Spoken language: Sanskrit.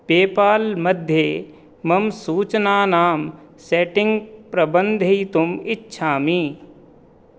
पेपाल्मध्ये मम सूचनानां सेट्टिङ्ग् प्रबन्धयितुम् इच्छामि